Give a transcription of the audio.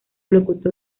locutor